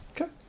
Okay